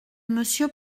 monsieur